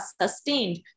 sustained